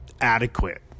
adequate